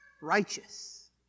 righteous